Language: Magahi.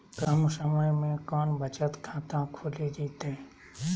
कम समय में कौन बचत खाता खोले जयते?